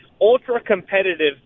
ultra-competitive